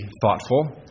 thoughtful